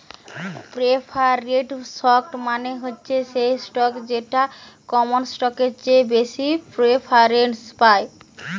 preferred stock মানে হচ্ছে সেই স্টক যেটা কমন স্টকের চেয়ে বেশি প্রেফারেন্স পায়